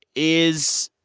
is,